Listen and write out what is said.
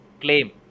claim